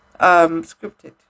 scripted